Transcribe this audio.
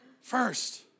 First